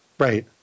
Right